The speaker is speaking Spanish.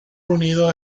unido